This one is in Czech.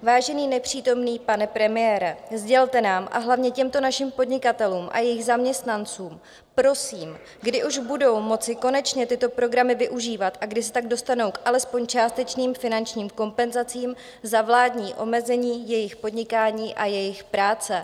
Vážený nepřítomný pane premiére, sdělte nám, a hlavně těmto našim podnikatelům a jejich zaměstnancům, prosím, kdy už budou moci konečně tyto programy využívat a kdy se tak dostanou k alespoň částečným finančním kompenzacím za vládní omezení jejich podnikání a jejich práce.